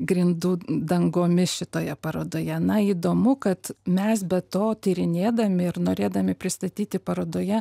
grindų dangomis šitoje parodoje na įdomu kad mes be to tyrinėdami ir norėdami pristatyti parodoje